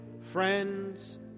friends